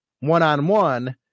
one-on-one